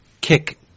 kick